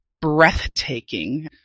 breathtaking